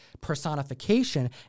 personification